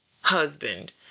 husband